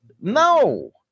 No